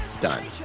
Done